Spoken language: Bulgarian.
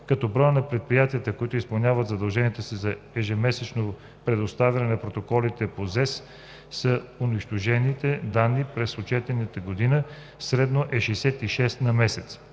като броят на предприятията, които изпълняват задължението си за ежемесечно предоставяне на протоколи по ЗЕС за унищожените данни през отчетната година, е средно 66 на месец.